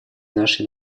нашей